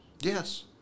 Yes